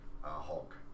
Hulk